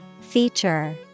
Feature